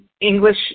English